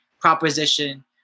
proposition